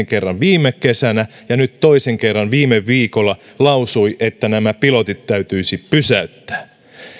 kerran viime kesänä ja nyt toisen kerran viime viikolla lausui että nämä pilotit täytyisi pysäyttää